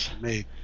made